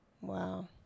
Wow